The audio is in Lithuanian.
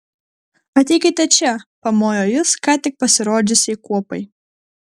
ateikite čia pamojo jis ką tik pasirodžiusiai kuopai